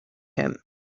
him